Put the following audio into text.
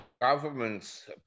government's